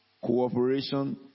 cooperation